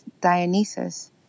Dionysus